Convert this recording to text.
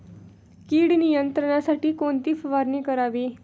कीड नियंत्रणासाठी कोणती फवारणी करावी?